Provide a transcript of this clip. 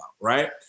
right